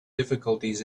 difficulties